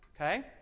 Okay